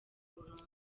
burundu